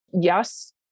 Yes